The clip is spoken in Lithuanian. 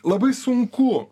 labai sunku